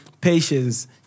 patience